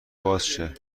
بازشه